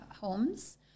homes